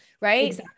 Right